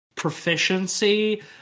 Proficiency